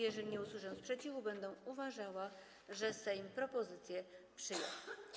Jeżeli nie usłyszę sprzeciwu, będę uważała, że Sejm propozycję przyjął.